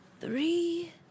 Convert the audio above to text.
three